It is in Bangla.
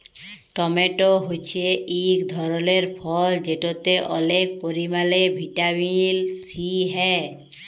টমেট হছে ইক ধরলের ফল যেটতে অলেক পরিমালে ভিটামিল সি হ্যয়